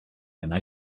and